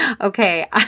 Okay